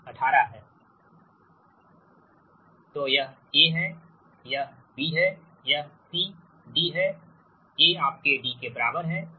VS IS 1ZY2 Z Y 1ZY4 1ZY2 VR IR तो यह A है यह B है यह C D है A आपके D के बराबर है